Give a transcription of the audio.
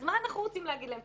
אז מה אנחנו רוצים להגיד להם?